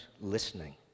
listening